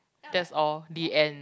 that's all the end